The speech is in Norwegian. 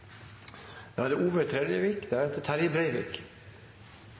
Da er det